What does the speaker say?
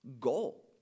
goal